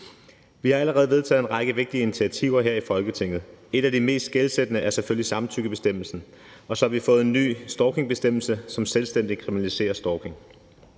Vi har allerede vedtaget en række vigtige initiativer her i Folketinget, og et af de mest skelsættende er selvfølgelig samtykkebestemmelsen, og så har vi fået en ny stalkingbestemmelse, som selvstændigt kriminaliserer stalking.